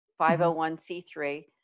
501C3